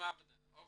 עם אבנר, אוקי.